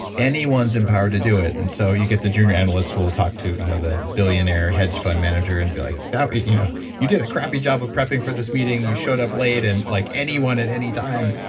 anyone's empowered to do it, and so you get the junior analyst who will talk to you know the billionaire hedge fund manager and be like, you know you did a crappy job of prepping for this meeting. you showed up late, and like anyone at any time.